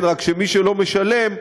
אלא שמי שלא משלם,